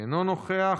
אינו נוכח,